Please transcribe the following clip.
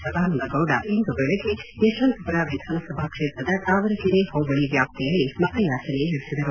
ಸದಾನಂದ ಗೌಡ ಇಂದು ಬೆಳಿಗ್ಗೆ ಯಶವಂತಪುರ ವಿಧಾನ ಸಭಾ ಕ್ಷೇತ್ರದ ತಾವರೇಕೆರೆ ಹೋಬಳಿ ವ್ಯಾಪ್ತಿಯಲ್ಲಿ ಮತಯಾಚನೆ ನಡೆಸಿದರು